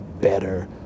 better